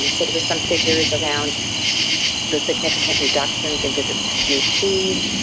um so there were some figures around the significant reductions in visits to gps,